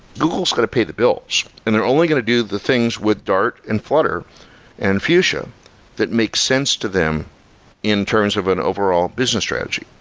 google's got to pay the bills and they're only going to do the things with dart and flutter and fuchsia that make sense to them in terms of an overall business strategy,